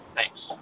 Thanks